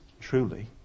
truly